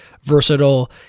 versatile